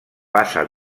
passa